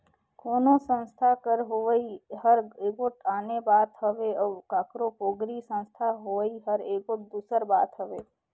कोनो संस्था कर होवई हर एगोट आने बात हवे अउ काकरो पोगरी संस्था होवई हर एगोट दूसर बात हवे